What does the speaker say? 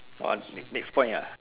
hor next next point ya